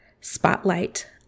spotlight